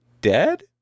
dead